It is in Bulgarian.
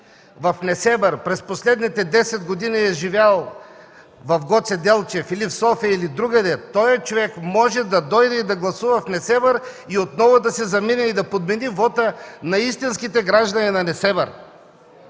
в Несебър, през последните 10 години е живял в Гоце Делчев или в София, или другаде, този човек може да дойде и да гласува в Несебър и отново да си замине и да подмени вота на истинските граждани на Несебър.